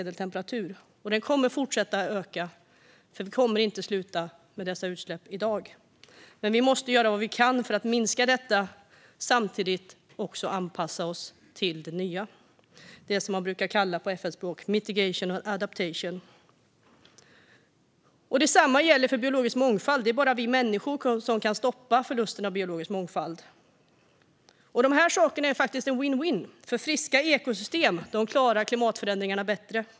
Den kommer att fortsätta öka, för vi kommer inte att sluta med dessa utsläpp i dag. Men vi måste göra vad vi kan för att minska detta och samtidigt anpassa oss till det nya - på FN-språk brukar man kalla detta mitigation and adaptation. Detsamma gäller för biologisk mångfald. Det är bara vi människor som kan stoppa förlusten av biologisk mångfald. Detta är faktiskt en vinn-vinnsituation, för friska ekosystem klarar klimatförändringarna bättre.